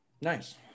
Nice